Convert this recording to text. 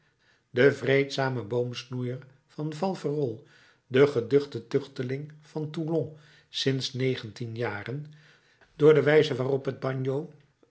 de vreedzame boomsnoeier van faverolles de geduchte tuchteling van toulon sinds negentien jaren door de wijze waarop het